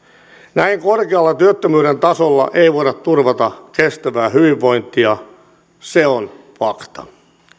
näin korkealla työttömyyden tasolla ei voida turvata kestävää hyvinvointia se on fakta